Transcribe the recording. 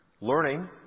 Learning